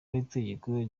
w‟itegeko